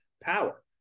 power